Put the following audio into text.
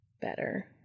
Better